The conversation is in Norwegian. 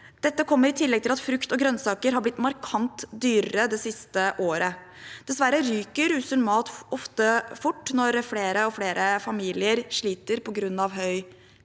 Dette kommer i tillegg til at frukt og grønnsaker har blitt markant dyrere det siste året. Dessverre ryker sunn mat ofte fort når flere og flere familier sliter på grunn av høy prisvekst.